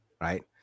Right